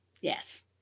Yes